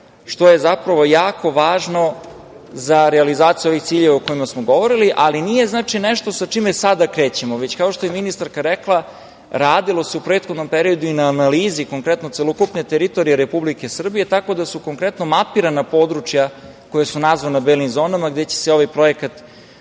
što je jako važno za realizaciju ovih ciljeva o kojima smo govorili, ali nije nešto sa čime sada krećemo. Dakle, kao što je ministarka rekla, radilo se u prethodnom periodu i na analizi, celokupne teritorije Republike Srbije, tako da su konkretno mapirana područja koja su nazvana belim zonama, gde će se ovaj projekat